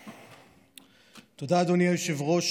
תודה, אדוני היושב-ראש.